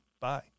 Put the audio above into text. Bye